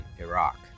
Iraq